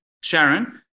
Sharon